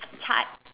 heart